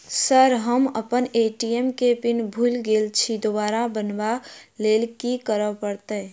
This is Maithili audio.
सर हम अप्पन ए.टी.एम केँ पिन भूल गेल छी दोबारा बनाब लैल की करऽ परतै?